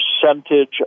percentage